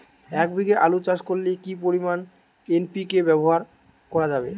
এক বিঘে আলু চাষ করলে কি পরিমাণ এন.পি.কে ব্যবহার করা যাবে?